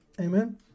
Amen